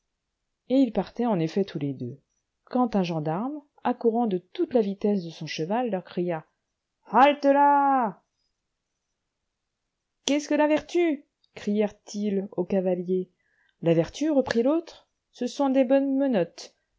et ils partaient en effet tous les deux quand un gendarme accourant de toute la vitesse de son cheval leur cria halte là qu'est-ce que la vertu crièrent-ils au cavalier la vertu reprit l'autre ce sont de bonnes menottes